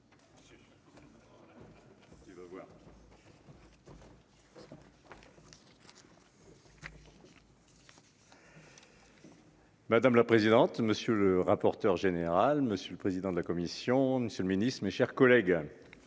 Madame la présidente, monsieur le rapporteur général, monsieur le président de la commission, monsieur le Ministre, mes chers collègues,